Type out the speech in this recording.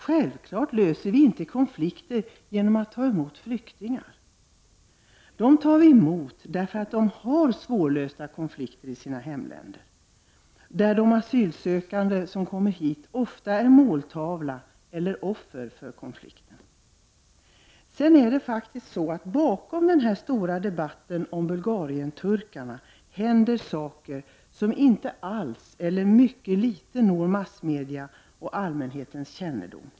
Självklart löser vi inte konflikter genom att ta emot flyktingar. Dem tar vi emot därför att de har svårlösta konflikter i sina hemländer där de asylsökande som kommit hit ofta varit måltavla eller på annat sätt offer för en konflikt. Bakom den stora debatten om bulgarienturkarna döljer sig saker som inte alls eller mycket litet når massmedia och allmänhetens kännedom.